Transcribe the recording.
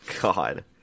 God